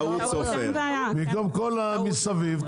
במקום כל הדיבור מסביב,